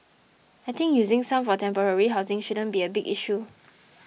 I think using some for temporary housing shouldn't be a big issue